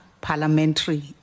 parliamentary